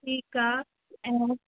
ठीकु आहे ऐं